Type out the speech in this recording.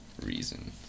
reason